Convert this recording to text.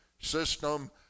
system